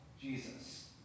Jesus